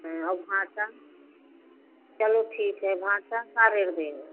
हाँ और बंटा चलो ठीक है बंटा का रेट देंगे